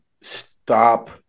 stop